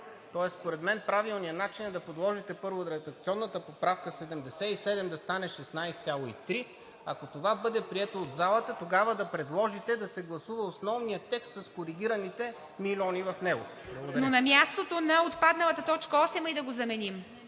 Тоест според мен правилният начин е да подложите първо редакционната поправка – 77 да стане 16.3. Ако това бъде прието от залата, тогава да предложите да се гласува основният текст с коригираните милиони в него. Благодаря. ПРЕДСЕДАТЕЛ ИВА МИТЕВА: Но на мястото на отпадналата т. 8 ли да го заменим?